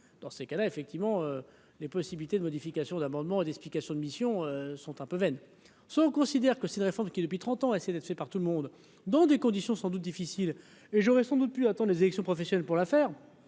dans ces cas là, effectivement, les possibilités de modification d'amendements et d'explications de mission sont un peu vaine, soit on considère que c'est une réforme qui, depuis 30 ans, a essayé d'être tuer par tout le monde, dans des conditions sans doute difficile et j'aurais sans doute plus attends les élections professionnelles pour la faire